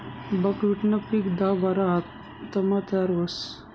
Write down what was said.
बकव्हिटनं पिक दहा बारा हाफतामा तयार व्हस